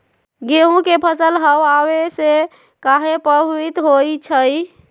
गेंहू के फसल हव आने से काहे पभवित होई छई?